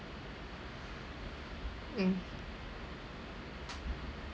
mm